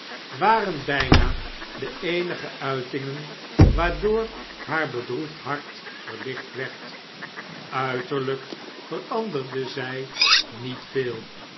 waren bjjna de eenige uitingen waardoor haar bedroefd hart verlicht werd uiterljjk veranderde zjj niet veel